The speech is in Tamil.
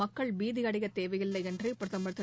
மக்கள் பீதியடைய தேவையில்லை என்று பிரதம் திரு